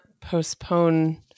postpone